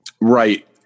Right